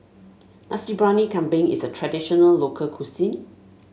Nasi Briyani Kambing is a traditional local cuisine